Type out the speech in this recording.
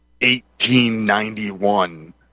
1891